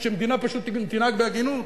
שהמדינה פשוט תנהג בהגינות.